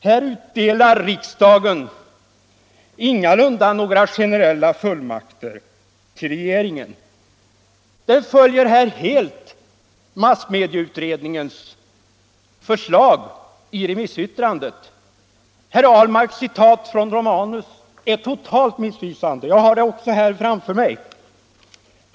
Här utdelar riksdagen ingalunda några generella fullmakter till regeringen. Den följer helt massmedieutredningens förslag i remissyttrandet. Herr Ahlmarks citat av justitierådet Romanus uttalande är totalt missvisande. Jag har det framför mig.